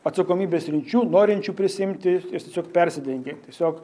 atsakomybės sričių norinčių prisiimti tiesiog persidengia tiesiog